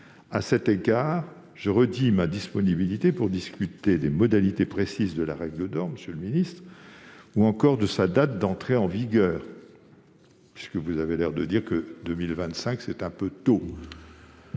d'État, je redis ma disponibilité pour discuter des modalités précises de la règle d'or ou encore de sa date d'entrée en vigueur. En effet, vous avez l'air de dire que 2025, c'est un peu tôt.